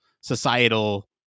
societal